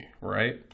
right